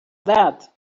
that